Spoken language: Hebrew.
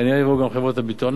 כנראה יבואו גם חברות הביטוח.